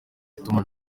gutuma